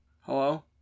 Hello